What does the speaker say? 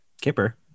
Kipper